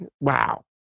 Wow